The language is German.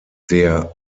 der